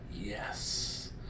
Yes